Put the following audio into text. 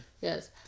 Yes